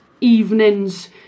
evenings